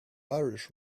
irish